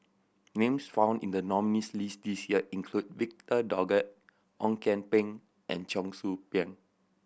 names found in the nominees' list this year include Victor Doggett Ong Kian Peng and Cheong Soo Pieng